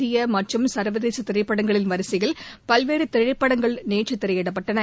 இந்திய மற்றும் சர்வதேச திரைப்படங்களின் வரிசையில் பல்வேறு திரைப்படங்கள் நேற்று திரையிடப்பட்டன